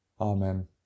Amen